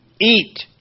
Eat